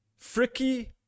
fricky